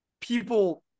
people